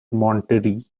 monterrey